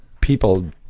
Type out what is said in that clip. people